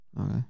Okay